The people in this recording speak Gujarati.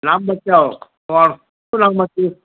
નામ બતાવો તમારું શું નામ હતું